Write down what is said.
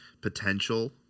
potential